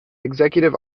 executive